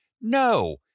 No